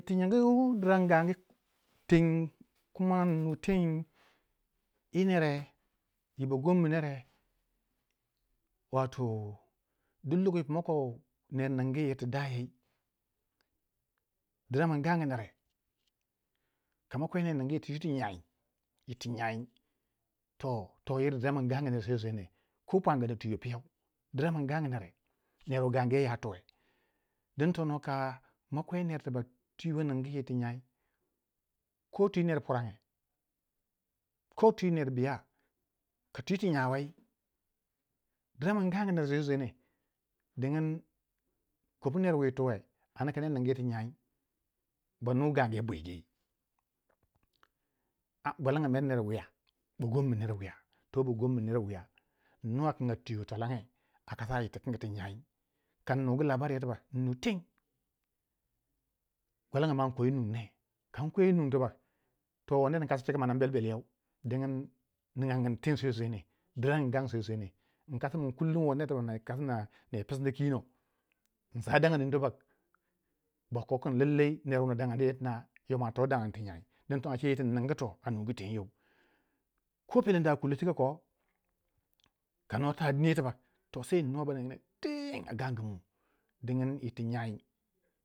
Ti nying dirang gangu teng kuma in nu teng yi nere yi bogonmi nere, wato duk lokoci wuma ko ner ningu yir tu dayai diramang gangu nere, kama kwe ner nungu twiti nyai yir ti nyai toh toyir diramin gangu nere sosai ne ko pwange ka twi we piyau dira man gangu nere ner wu gangu you ya tuwe din tono kama kwe ner tibak twi ner tibak twi wei ningu yir ti nyai ko twi ner purange ko twi ner biya ka twiiwi nyau wei diramang gangu ner sosai sosai ne dingin kopu ner wi tuwe ana kaner ningu yi ti nyai banu gangu yow bwigi gwalanga mer ner wiya bogonmi ner wiya to bogonmi ner wiya innuwa kin a twiwe twalange a kasa yir tikingyi ti nyai kannugu labari ye tibak innu teng gwalanga ma inko yi nung ne, kan kwe yi nung tibak to wo ner inkasima cika mana in bel bel yow dingin niga gin teng sosai sosai ne diragin gangu sosai sosai ne inkasi min kullum wo ner tibak nai pisindi kino, insar daga ning tibak bako kin lallai ner wuna daganiyei tina yo mwa to dagani ti nyai dun tono cele ti ningu innuwa baningangna ten a gangun dingin iti nyai